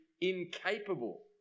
incapable